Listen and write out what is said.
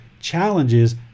challenges